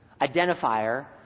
identifier